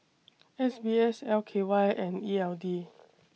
S B S L K Y and E L D